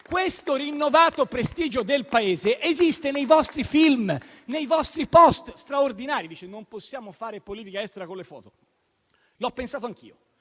il rinnovato prestigio del Paese esiste nei vostri film, nei vostri *post* straordinari. Ha detto che non si può fare politica estera con le foto: l'ho pensato anch'io,